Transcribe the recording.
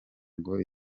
ngo